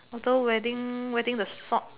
although wearing wearing the sock